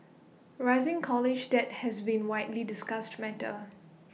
rising college debt has been widely discussed matter